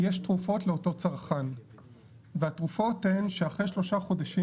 יש תרופות לאותו צרכן והתרופות הן שאחרי שלושה חודשים